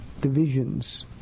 divisions